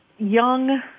Young